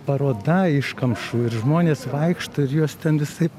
paroda iškamšų ir žmonės vaikšto ir juos ten visaip